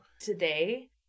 today